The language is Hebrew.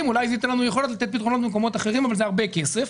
ואולי זה ייתן לנו לתת פתרונות במקומות אחרים אבל זה הרבה כסף